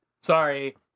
Sorry